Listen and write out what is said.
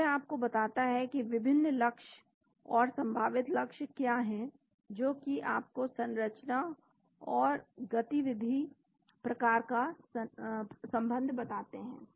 तो यह आपको बताता है कि विभिन्न लक्ष्य और संभावित लक्ष्य क्या हैं जो की आपको संरचना और गतिविधि प्रकार का संबंध बताते हैं